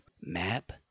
map